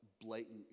blatant